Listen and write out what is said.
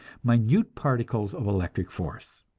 minute particles of electric force.